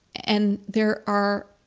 and there are,